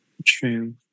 True